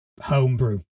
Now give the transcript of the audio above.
homebrew